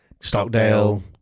Stockdale